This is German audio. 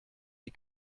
die